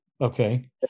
Okay